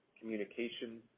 communication